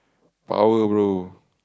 power bro